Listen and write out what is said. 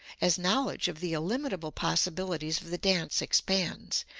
as knowledge of the illimitable possibilities of the dance expands,